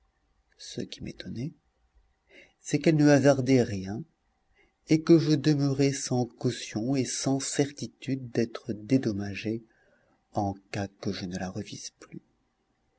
ce qui m'étonnait c'est qu'elle ne hasardait rien et que je demeurais sans caution et sans certitude d'être dédommagé en cas que je ne la revisse plus